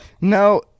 No